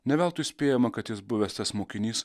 ne veltui spėjama kad jis buvęs tas mokinys